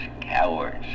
cowards